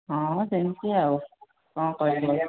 ହଁ ସେମିତି ଆଉ କ'ଣ କରିବି ଆଜ୍ଞା